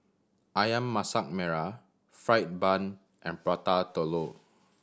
Ayam Masak Merah fried bun and Prata Telur